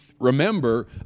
remember